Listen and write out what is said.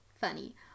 Funny